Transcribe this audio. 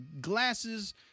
glasses